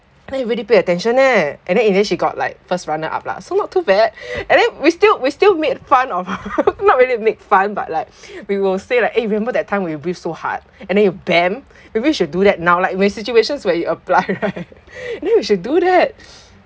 everybody pay attention eh and then and then she got like first runner up lah so not too bad and then we still we still made fun of not really make fun but like we will say like eh remember that time when you breathed so hard and then you maybe we should do that now like where situations where it apply right I think we should do that